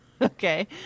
okay